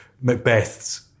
Macbeth's